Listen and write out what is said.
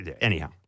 anyhow